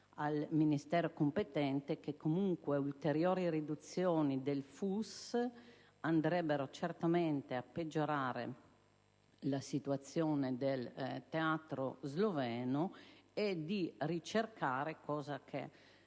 al Ministero competente che ulteriori riduzioni del FUS andrebbero certamente a peggiorare la situazione del Teatro sloveno, e quindi vi è